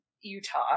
Utah